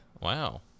wow